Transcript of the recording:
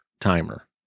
timer